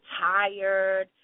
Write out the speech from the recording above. tired